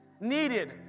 needed